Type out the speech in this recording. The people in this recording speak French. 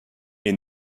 est